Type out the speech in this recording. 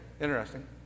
interesting